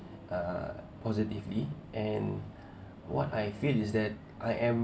err positively and what I feel is that I am